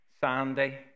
Sandy